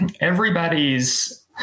everybody's